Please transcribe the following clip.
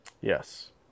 Yes